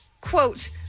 quote